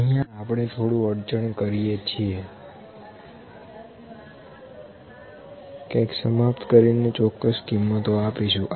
અહીંયા આપણે થોડું અડચણ કરીએ છે કંઈક સમાપ્ત કરીને ચોકકસ કિંમતો આપીશું